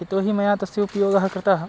यतो हि मया तस्य उपयोगः कृतः